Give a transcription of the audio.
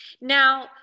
Now